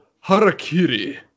Harakiri